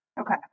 Okay